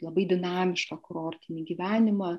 labai dinamišką kurortinį gyvenimą